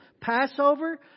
Passover